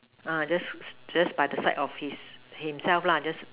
uh just just by the side of his himself lah just